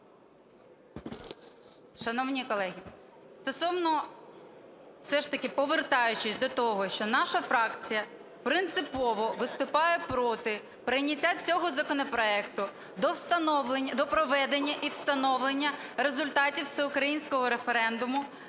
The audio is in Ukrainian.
все ж таки повертаючись до того, що наша фракція принципово виступає проти прийняття цього законопроекту до проведення і встановлення результатів всеукраїнського референдуму